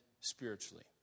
spiritually